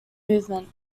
movement